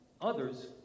Others